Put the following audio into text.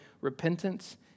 repentance